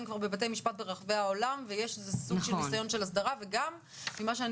כבר בבתי משפט ברחבי העולם ויש ניסיון של הסדרה וגם ממה שאני